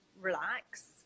relax